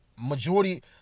majority